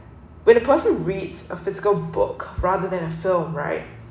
when a person reads a physical book rather than a film right